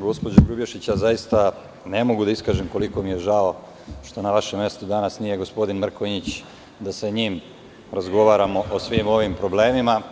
Gospođo Grubješić, zaista ne mogu da iskažem koliko mi je žao što na vašem mestu danas nije gospodin Mrkonjić da sa njim razgovaramo o svim ovim problemima. (Dejan